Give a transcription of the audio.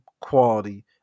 quality